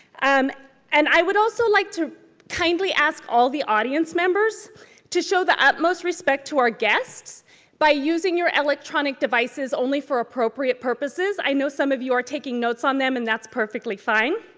um and i would also like to kindly ask all the audience members to show the utmost respect to our guests by using your electronic devices only for appropriate purposes. i know some of you are taking notes on them and that's perfectly fine.